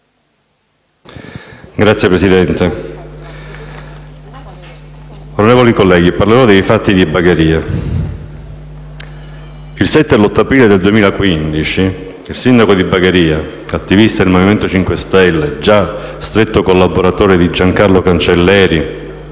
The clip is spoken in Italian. Signor Presidente, onorevoli colleghi, parlerò dei fatti di Bagheria. Il 7 e l'8 aprile del 2015 il sindaco di Bagheria, attivista del Movimento 5 Stelle, già stretto collaboratore di Giancarlo Cancelleri,